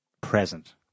present